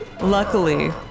Luckily